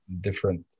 different